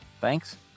Thanks